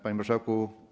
Panie Marszałku!